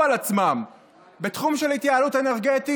על עצמן בתחום של התייעלות אנרגטית?